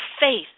faith